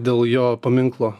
dėl jo paminklo